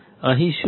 અહીં શું છે